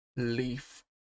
leaf